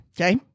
Okay